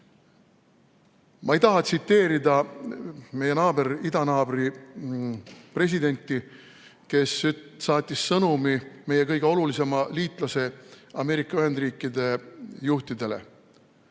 Ma ei taha tsiteerida meie idanaabri presidenti, kes saatis sõnumi meie kõige olulisema liitlase, Ameerika Ühendriikide juhtidele: